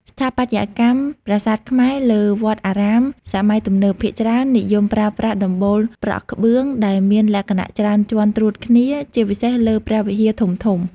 ស្ថាបត្យកម្មប្រាសាទខ្មែរលើវត្តអារាមសម័យទំនើបភាគច្រើននិយមប្រើប្រាស់ដំបូលប្រក់ក្បឿង ដែលមានលក្ខណៈច្រើនជាន់ត្រួតគ្នា ជាពិសេសលើព្រះវិហារធំៗ។